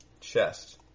chest